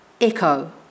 echo